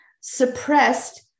suppressed